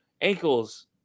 ankles